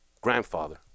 grandfather